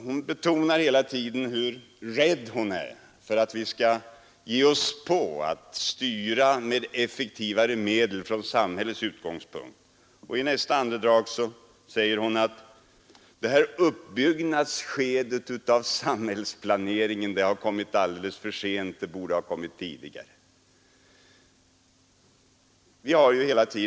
Hon betonar nämligen hur rädd hon är för att vi skall ge oss på att styra med effektivare medel från samhällets sida, och i nästa andedrag säger hon att det här uppbyggnadsskedet av samhällsplaneringen har kommit alldeles för sent, det borde ha kommit tidigare.